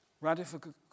Radical